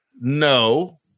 No